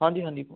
ਹਾਂਜੀ ਹਾਂਜੀ